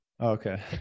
Okay